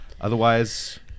Otherwise